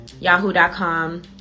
yahoo.com